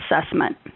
Assessment